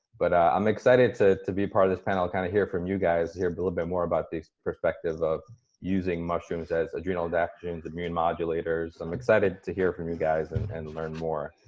but ah i'm excited to to be part of this panel, kind of hear from you guys, hear a little bit more about the perspective of using mushrooms as adrenal adaptogens, immune modulators. i'm excited to hear from you guys and and learn more.